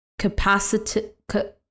capacitive